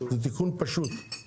זה תיקון פשוט.